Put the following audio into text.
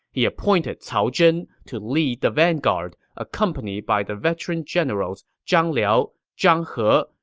he appointed cao zhen to lead the vanguard, accompanied by the veteran generals zhang liao, zhang he,